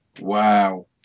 Wow